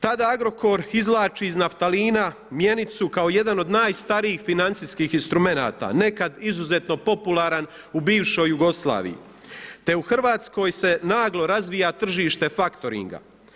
Tada Agrokor izvlači iz naftalina mjenicu kao jedan od najstarijih financijskih instrumenata, nekad izuzetno popularan u bivšoj Jugoslaviji, te u Hrvatskoj se naglo razvija tržište faktoringa.